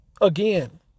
Again